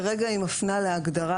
כרגע היא מפנה להגדרה,